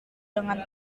dengan